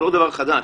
זה לא דבר חדש,